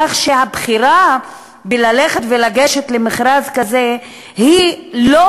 כך שהבחירה ללכת ולגשת למכרז כזה היא לא